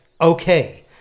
Okay